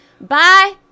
Bye